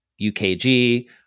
UKG